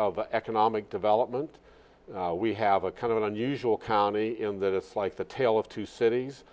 of economic development we have a kind of an unusual county in that it's like the tale of two cities